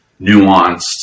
nuanced